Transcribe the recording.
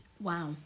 Wow